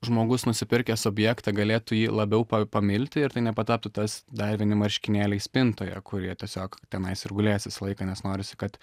žmogus nusipirkęs objektą galėtų jį labiau pa pamilti ir tai nepataptų tas dar vieni marškinėliai spintoje kurie tiesiog tenais ir gulės visą laiką nes norisi kad